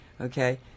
okay